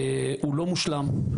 הוא לא מושלם.